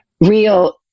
real